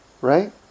Right